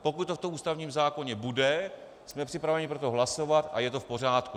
Pokud to v tom ústavním zákoně bude, jsme připraveni pro to hlasovat a je to v pořádku.